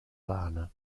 lana